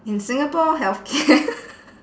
in singapore healthcare